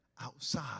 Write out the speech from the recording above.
outside